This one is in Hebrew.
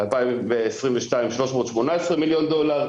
ב-2022 318 מיליון דולר,